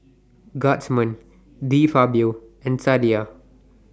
Guardsman De Fabio and Sadia